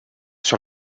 sur